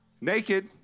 naked